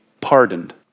pardoned